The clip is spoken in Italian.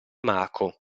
marco